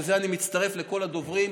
בזה אני מצטרף לכל הדוברים,